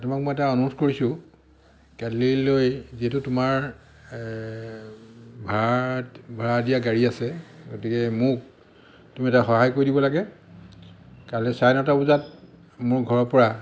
তোমাক মই এটা অনুৰোধ কৰিছোঁ কালিলৈ যিহেতু তোমাৰ ভাড়াত ভাড়া দিয়া গাড়ী আছে গতিকে মোক তুমি এটা সহায় কৰি দিব লাগে কাইলৈ চাৰে নটা বজাত মোৰ ঘৰৰ পৰা